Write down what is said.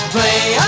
Play